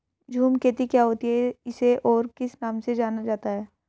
झूम खेती क्या होती है इसे और किस नाम से जाना जाता है?